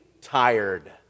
tired